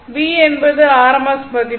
V என்பது rms மதிப்பு